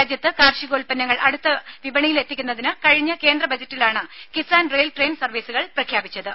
രാജ്യത്ത് കാർഷികോത്പന്നങ്ങൾ അടുത്ത വിപണിയിൽ എത്തിക്കുന്നതിന് കഴിഞ്ഞ കേന്ദ്ര ബജറ്റിലാണ് കിസാൻ റെയിൽ ട്രെയിൻ സർവീസുകൾ പ്രഖ്യാപിച്ചത്